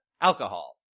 alcohol